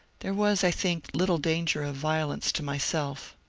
there was, i think, little danger of violence to myself.